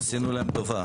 עשינו להם טובה.